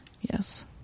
yes